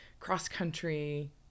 cross-country